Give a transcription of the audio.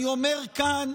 אני אומר כאן,